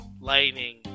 Lightning